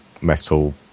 metal